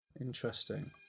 Interesting